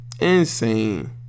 insane